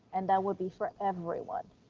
and that will be for everyone.